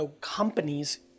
companies